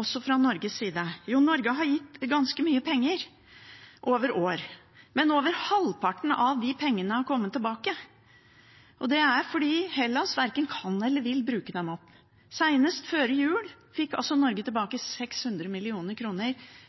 også fra Norges side? Jo, Norge har gitt ganske mye penger over år, men over halvparten av de pengene har kommet tilbake, og det er fordi Hellas verken kan eller vil bruke dem opp. Senest før jul fikk Norge tilbake 600